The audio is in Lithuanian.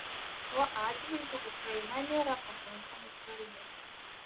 šiuo atžvilgiu ukraina nėra pakankamai svarbi